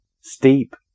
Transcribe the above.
Steep